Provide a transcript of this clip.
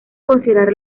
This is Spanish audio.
considerar